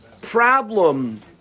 problem